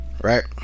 right